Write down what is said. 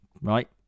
right